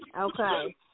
Okay